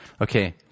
Okay